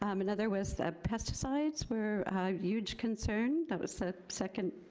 um another was ah pesticides were a huge concern. that was a second,